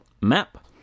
map